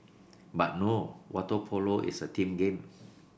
but no water polo is a team game